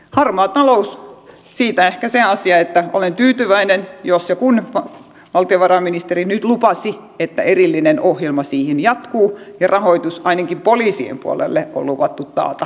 harmaasta taloudesta ehkä se asia että olen tyytyväinen jos ja kun valtiovarainministeri nyt lupasi että erillinen ohjelma siihen jatkuu ja rahoitus ainakin poliisien puolelle on luvattu taata